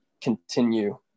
continue